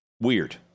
Weird